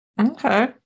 Okay